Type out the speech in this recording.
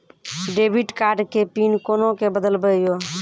Debit card के PIN कोना के बदलबै यो?